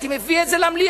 הייתי מביא את זה למליאה,